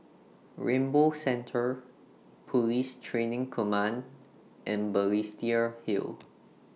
Rainbow Centre Police Training Command and Balestier Hill